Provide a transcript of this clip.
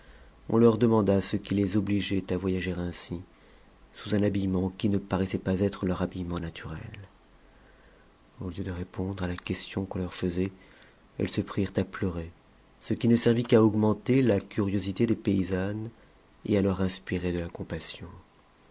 on leur demanda ce qui les obligeait à voyager ainsi sous un habillement qui ne paraissait pas être leur habillement naturel au lieu de répondre à la question qu'on leur faisait elles se prirent à pleurer ce qui ne servit qu'à augmenter la curiosité des paysannes et à leur inspirer de la compassion